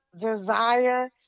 desire